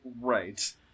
Right